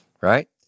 right